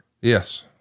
Yes